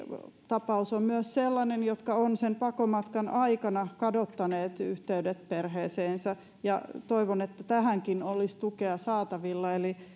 tapaus on myös sellainen joka on sen pakomatkan aikana kadottanut yhteydet perheeseensä toivon että tähänkin olisi tukea saatavilla eli